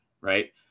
Right